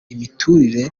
imiturire